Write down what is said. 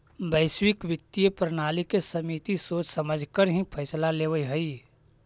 वैश्विक वित्तीय प्रणाली की समिति सोच समझकर ही फैसला लेवअ हई